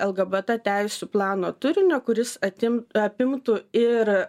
lgbt teisių plano turinio kuris atim apimtų ir